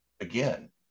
again